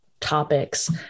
topics